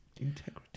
integrity